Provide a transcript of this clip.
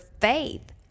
faith